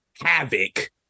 havoc